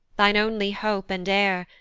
thine only hope and heir,